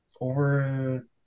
Over